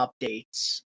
updates